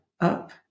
up